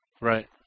right